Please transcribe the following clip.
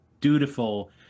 dutiful